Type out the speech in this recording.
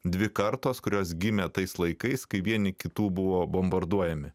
dvi kartos kurios gimė tais laikais kai vieni kitų buvo bombarduojami